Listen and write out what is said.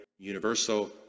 Universal